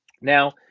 Now